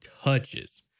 touches